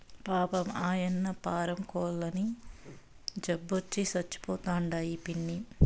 పాపం, ఆయన్న పారం కోల్లన్నీ జబ్బొచ్చి సచ్చిపోతండాయి పిన్నీ